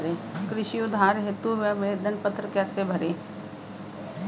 कृषि उधार हेतु आवेदन पत्र कैसे भरें?